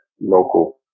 Local